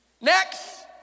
Next